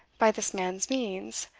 by this man's means,